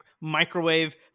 microwave